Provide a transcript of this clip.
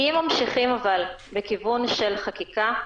אבל, אם ממשיכים בכיוון של חקיקה,